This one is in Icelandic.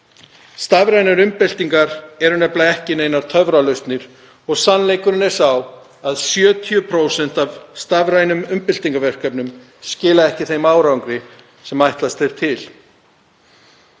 Stafrænar umbyltingar eru nefnilega ekki neinar töfralausnir og sannleikurinn er sá að 70% af stafrænum umbyltingarverkefnum skila ekki þeim árangri sem ætlast er til.